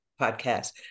podcast